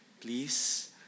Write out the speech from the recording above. please